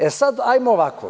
E sada, hajdemo ovako.